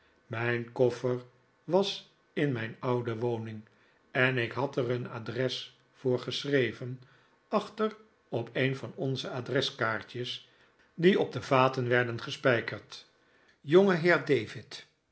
mijn koffer was in mijn oude woning en ik had er een adres voor geschreven achter op een van onze adreskaartjes die op de vaten werden gespijkerd jongeheer david